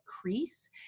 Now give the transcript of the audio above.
crease